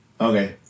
Okay